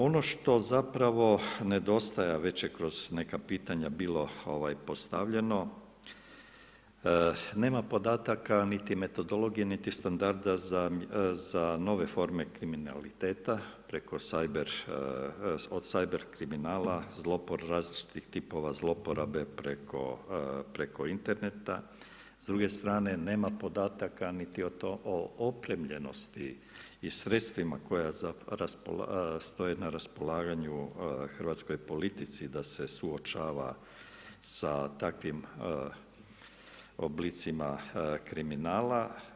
Ono što zapravo nedostaje, a već je kroz neka pitanja bilo postavljeno, nema podataka niti metodologije niti standarda za nove forme kriminaliteta od SIBER kriminala zlouporabe, različitih tipova zlouporabe preko interneta, s druge strane nema podataka niti o toj opremljenosti i sredstvima koje stoje na raspolaganju hrvatskoj politici da se suočava sa takvim oblicima kriminala.